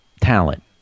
talent